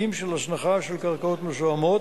ולכן קרקעות מזוהמות